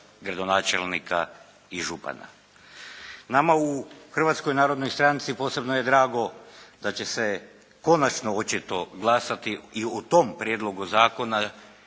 gradonačelnika i župana. Nama u Hrvatskoj narodnoj stranci posebno je drago da će se konačno očito glasati i o tom Prijedlogu zakona,